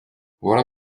voilà